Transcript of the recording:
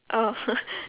oh